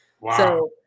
Wow